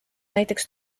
näiteks